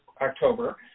October